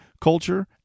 culture